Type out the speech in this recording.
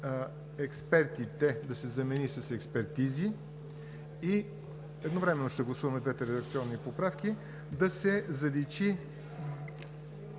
„експертите“ да се замени с „експертизи“. Едновременно ще гласуваме двете редакционни поправки. И да се заличи